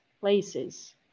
places